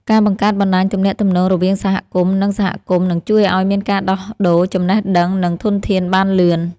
ការបង្កើតបណ្តាញទំនាក់ទំនងរវាងសហគមន៍ និងសហគមន៍នឹងជួយឱ្យមានការដោះដូរចំណេះដឹង និងធនធានបានលឿន។